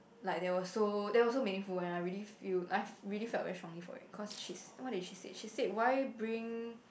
like that was so that was so meaningful and I really feel I really felt very strongly for it cause she's what did she say why bring